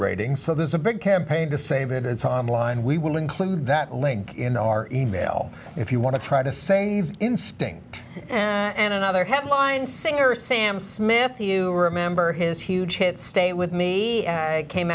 ratings so there's a big campaign to save it it's online we will include that link in our email if you want to try to save instinct and another headline singer sam smith you remember his huge hit stay with me as i came